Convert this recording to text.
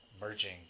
merging